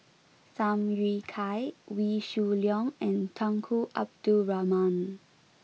Tham Yui Kai Wee Shoo Leong and Tunku Abdul Rahman